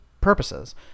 purposes